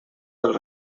del